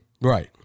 Right